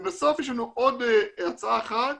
בסוף יש לנו עוד הצעה אחת,